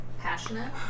passionate